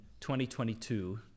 2022